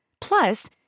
Plus